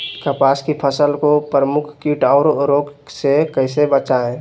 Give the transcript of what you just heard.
कपास की फसल को प्रमुख कीट और रोग से कैसे बचाएं?